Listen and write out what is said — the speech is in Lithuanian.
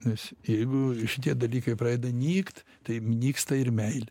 nes jeigu šitie dalykai pradeda nykt tai nyksta ir meilė